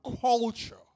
culture